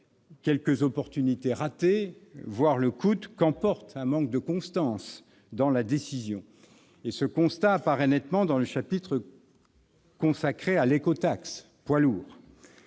les opportunités ratées- voire le coût -qu'emporte un manque de constance dans la décision. Ce constat apparaît nettement dans le chapitre consacré à l'écotaxe poids lourds.